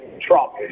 Trump